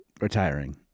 retiring